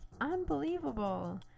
unbelievable